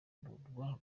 murwa